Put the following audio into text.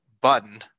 button